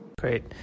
Great